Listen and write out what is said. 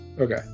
Okay